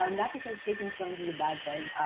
um not because chasing storms is a bad thing.